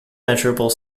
measurable